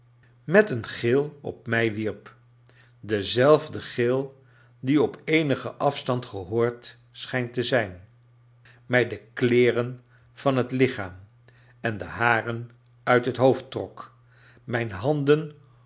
met een gil op mij wierp dezeifde gil die op eenigen afstand gehoord schijnt te zijn mij de kleeren van het lichaam en de haren uit het hoofd trok mijn handen